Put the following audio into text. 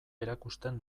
erakusten